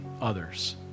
others